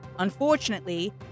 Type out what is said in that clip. Unfortunately